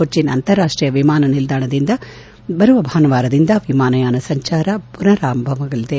ಕೊಚ್ಚಿನ್ ಅಂತರಾಷ್ಟೀಯ ವಿಮಾನ ನಿಲ್ದಾಣದಿಂದ ಬರುವ ಭಾನುವಾರದಿಂದ ವಿಮಾನಯಾನ ಸಂಚಾರ ಮನಾರಾರಂಭವಾಗಲಿದೆ